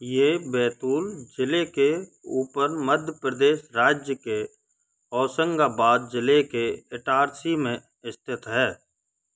यह बैतूल ज़िले के ऊपर मध्य प्रदेश राज्य के होशंगाबाद ज़िले के इटारसी में स्थित है